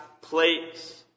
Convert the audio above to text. place